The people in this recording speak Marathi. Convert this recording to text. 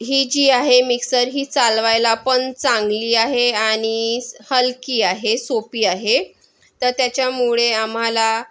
ही जी आहे मिक्सर ही चालवायला पण चांगली आहे आणि हलकी आहे सोपी आहे तर त्याच्यामुळे आम्हाला